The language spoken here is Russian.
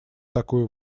такую